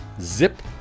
zip